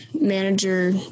manager